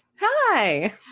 Hi